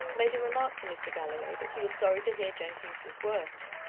made a remark to mr. galloway, that he was sorry to hear jenkins was worse.